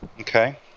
Okay